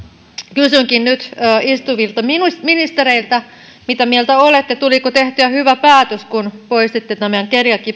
kysynkin nyt istuvilta ministereiltä mitä mieltä olette tuliko tehtyä hyvä päätös kun poistitte tämän